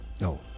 No